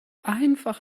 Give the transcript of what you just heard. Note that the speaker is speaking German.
einfach